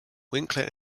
winkler